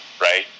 right